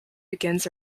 begins